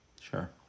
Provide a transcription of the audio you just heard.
Sure